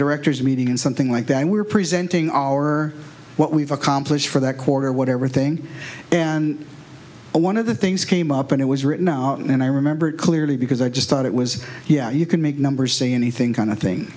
directors meeting and something like that and we were presenting our what we've accomplished for that quarter whatever thing and one of the things came up and it was written out and i remember it clearly because i just thought it was yeah you could make numbers say anything kind of thin